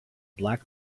black